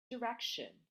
direction